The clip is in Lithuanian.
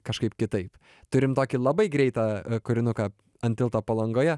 kažkaip kitaip turim tokį labai greitą kūrinuką ant tilto palangoje